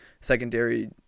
secondary